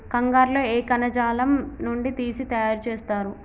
కంగారు లో ఏ కణజాలం నుండి తీసి తయారు చేస్తారు?